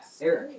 Eric